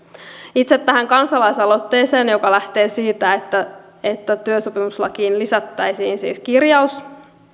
itse tähän kansalaisaloitteeseen joka lähtee siitä että että työsopimuslakiin lisättäisiin siis kirjaus